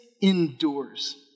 endures